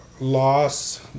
loss